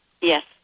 Yes